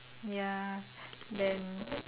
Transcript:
ya then